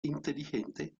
inteligente